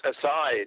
aside